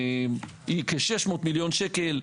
היא כ-600,000,000 שקל,